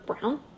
brown